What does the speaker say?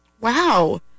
wow